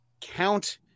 Count